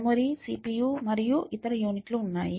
memory CPU మరియు ఇతర యూనిట్లు ఉన్నాయి